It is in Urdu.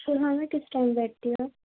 صُبح میں کس ٹائم بیٹھتی ہیں